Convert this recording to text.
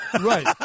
Right